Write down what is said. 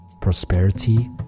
prosperity